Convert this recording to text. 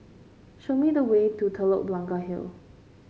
show me the way to Telok Blangah Hill